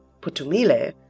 Putumile